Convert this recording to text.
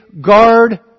guard